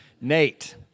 Nate